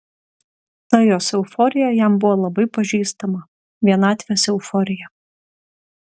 ta jos euforija jam buvo labai pažįstama vienatvės euforija